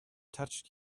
touched